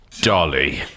Dolly